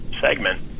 segment